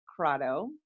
Crotto